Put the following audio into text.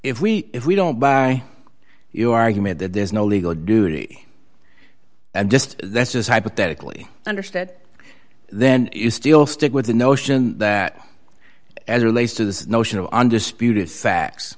if we if we don't buy you argument that there's no legal duty and just that's just hypothetically understood then you still stick with the notion that as relates to the notion of undisputed facts